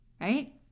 Right